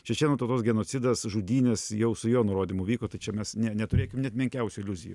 čečėnų tautos genocidas žudynės jau su jo nurodymu vyko tai čia mes ne neturėkim net menkiausių iliuzijų